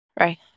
Right